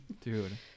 Dude